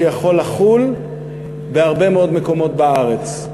שיכול לחול בהרבה מאוד מקומות בארץ.